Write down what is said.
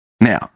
now